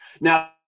now